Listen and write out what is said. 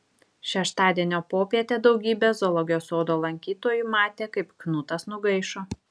šeštadienio popietę daugybė zoologijos sodo lankytojų matė kaip knutas nugaišo